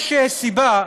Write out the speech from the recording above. יש סיבה.